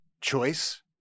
choice